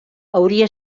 hauria